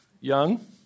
young